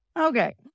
Okay